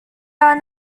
are